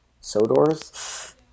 Sodor's